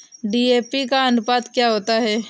DAP का अनुपात क्या होता है?